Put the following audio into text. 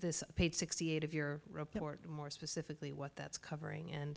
this page sixty eight of your report and more specifically what that's covering and